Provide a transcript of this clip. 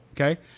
okay